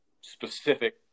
specific